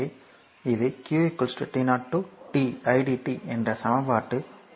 எனவே இது q t 0 to t idt என்ற சமன்பாடு 1